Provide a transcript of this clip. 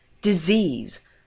disease